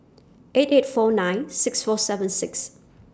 eight eight four nine six four seven six